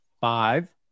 five